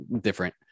different